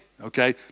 okay